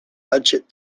budget